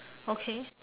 okay